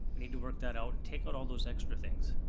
need to work that out and take out all those extra things.